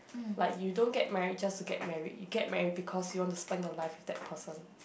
like you don't get married just to get married you get married because you want to spend your life with that person